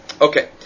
Okay